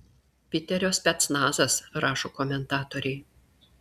piterio specnazas rašo komentatoriai